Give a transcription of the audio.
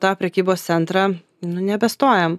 tą prekybos centrą nu nebestojam